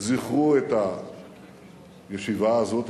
וזכרו את הישיבה הזאת,